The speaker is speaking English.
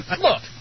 Look